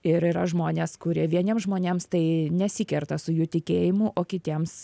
ir yra žmonės kurie vieniem žmonėms tai nesikerta su jų tikėjimu o kitiems